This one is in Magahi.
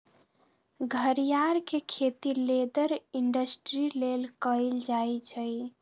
घरियार के खेती लेदर इंडस्ट्री लेल कएल जाइ छइ